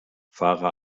fahre